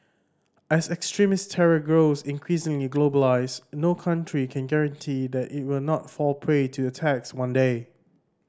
as extremist terror grows increasingly globalised no country can guarantee that it will not fall prey to attacks one day